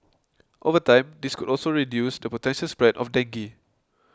over time this could also reduce the potential spread of dengue